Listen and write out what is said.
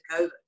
COVID